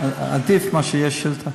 עדיף מאשר שזה יהיה שאילתה.